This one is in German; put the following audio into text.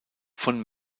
von